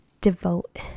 devote